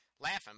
laughing